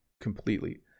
completely